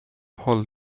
håll